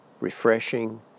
refreshing